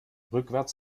rückwärts